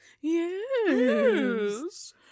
yes